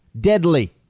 deadly